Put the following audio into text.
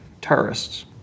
terrorists